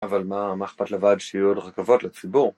‫אבל מה אכפת לוועד ‫שיהיו עוד רכבות לציבור?